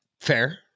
fair